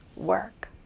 work